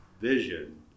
Vision